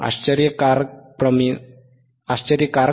आश्चर्यकारकपणे सोपे नाही का